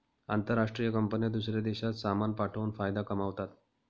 आंतरराष्ट्रीय कंपन्या दूसऱ्या देशात सामान पाठवून फायदा कमावतात